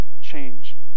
change